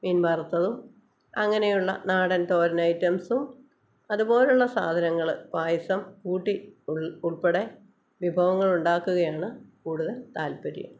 മീൻ വറുത്തതും അങ്ങനെയുള്ള നാടൻ തോരൻ ഐറ്റംസും അത്പോലുള്ള സാധനങ്ങള് പായസം കൂട്ടി ഉൾ ഉൾപ്പെടെ വിഭവങ്ങൾ ഉണ്ടാക്കുകയാണ് കൂടുതൽ താൽപര്യം